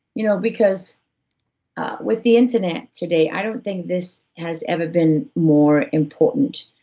you know because with the internet today, i don't think this has ever been more important.